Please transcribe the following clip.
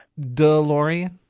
DeLorean